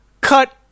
cut